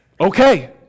Okay